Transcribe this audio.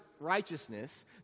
Righteousness